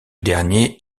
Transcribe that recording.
dernier